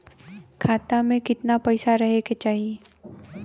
खाता में कितना पैसा रहे के चाही?